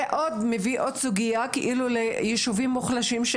זה יוצר עוד סוגיה ליישובים מוחלשים,